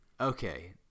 Okay